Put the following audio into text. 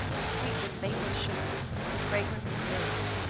sweet with maple-sugar, fragrant with herbs,